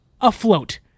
afloat